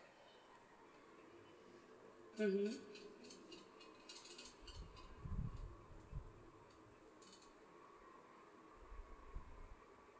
mmhmm